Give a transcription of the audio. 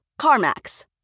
CarMax